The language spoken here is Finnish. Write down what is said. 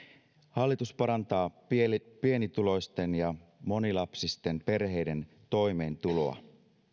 hallitus parantaa pienituloisten ja monilapsisten perheiden toimeentuloa